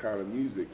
kind of music.